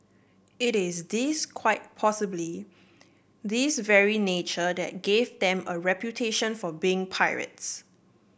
it is this quite possibly this very nature that gave them a reputation for being pirates